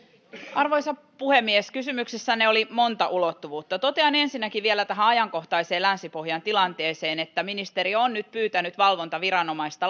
arvoisa puhemies kysymyksessänne oli monta ulottuvuutta totean ensinnäkin vielä tästä ajankohtaisesta länsi pohjan tilanteesta että ministeri on nyt pyytänyt valvontaviranomaista